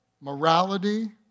morality